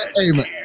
Amen